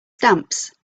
stamps